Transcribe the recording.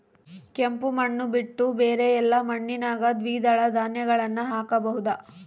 ಕೆಂಪು ಮಣ್ಣು ಬಿಟ್ಟು ಬೇರೆ ಎಲ್ಲಾ ಮಣ್ಣಿನಾಗ ದ್ವಿದಳ ಧಾನ್ಯಗಳನ್ನ ಹಾಕಬಹುದಾ?